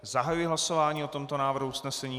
Zahajuji hlasování o tomto návrhu usnesení.